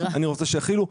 אני רוצה שיחילו,